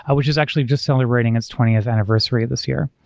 which is actually just celebrating its twentieth anniversary this year.